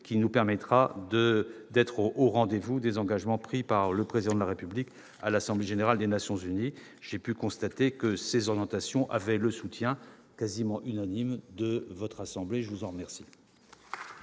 qui nous permettra d'être au rendez-vous des engagements pris par le Président de la République à l'Assemblée générale des Nations unies. Mesdames, messieurs les sénateurs, j'ai pu constater que ces orientations avaient le soutien quasi unanime de votre assemblée ; je vous en remercie.